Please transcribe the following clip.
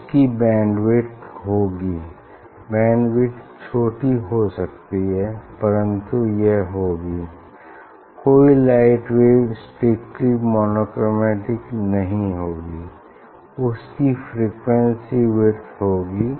उसकी bandwidth होगी bandwidth छोटी हो सकती है परन्तु यह होगी कोई लाइट वेव स्ट्रिक्टली मोनोक्रोमेटिक नहीं होगी उसकी फ्रीक्वेंसी विड्थ होगी